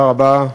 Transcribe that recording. תודה רבה.